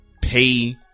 Pay